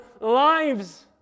lives